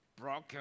broken